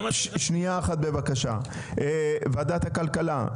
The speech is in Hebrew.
ועדת הכלכלה,